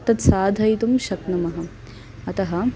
तत् साधयितुं शक्नुमः अतः